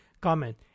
Comment